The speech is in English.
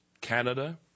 Canada